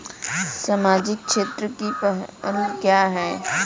सामाजिक क्षेत्र की पहल क्या हैं?